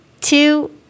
two